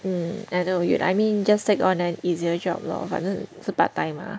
mm I know I mean just take on an easier job lor 反正是 part time mah